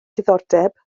diddordeb